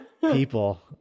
people